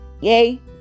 yay